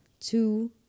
two